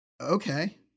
Okay